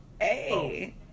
Hey